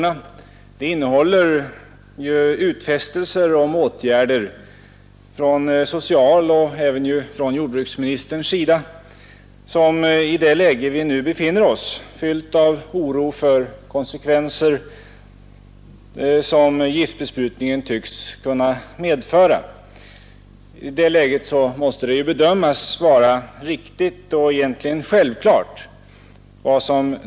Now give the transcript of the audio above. Svaret innehåller ju utfästelser om åtgärder från socialministern och även från jordbruksministern, vilka i det läge vi nu befinner oss i, fyllt av oro för de konsekvenser som giftbesprutningen tycks kunna medföra, måste bedömas vara riktiga och egentligen självklara.